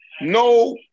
No